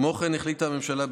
כמו כן החליטה הממשלה,